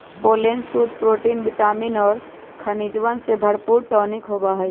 pollen शुद्ध protein vitamin और खनिजवन से भरपूर टॉनिक होबा हई